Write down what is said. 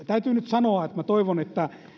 täytyy nyt sanoa että minä toivon että